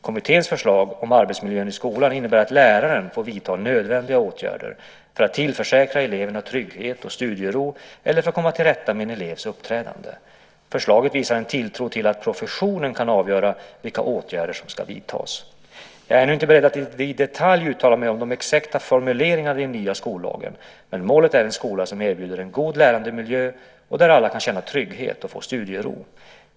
Kommitténs förslag om arbetsmiljön i skolan innebär att läraren får vidta nödvändiga åtgärder för att tillförsäkra eleverna trygghet och studiero eller för att komma till rätta med en elevs uppträdande. Förslaget visar en tilltro till att professionen kan avgöra vilka åtgärder som ska vidtas. Jag är ännu inte beredd att i detalj uttala mig om de exakta formuleringarna i den nya skollagen men målet är en skola som erbjuder en god lärandemiljö och där alla kan känna trygghet och få studiero.